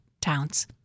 towns